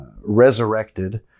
resurrected